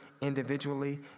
individually